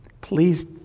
please